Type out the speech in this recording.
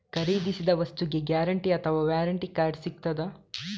ಖರೀದಿಸಿದ ವಸ್ತುಗೆ ಗ್ಯಾರಂಟಿ ಅಥವಾ ವ್ಯಾರಂಟಿ ಕಾರ್ಡ್ ಸಿಕ್ತಾದ?